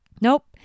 Nope